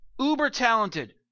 uber-talented